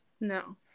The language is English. no